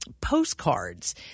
postcards